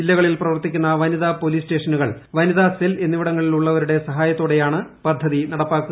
ജില്ലകളിൽ പ്രവർത്തിക്കുന്ന വനിതാ പോലീസ് സ്റ്റേഷനുകൾ വനിതാ സെൽ എന്നിവിടങ്ങളിലുളളവരുടെ സഹായത്തോടെയാണ് പദ്ധതി നടപ്പാക്കുക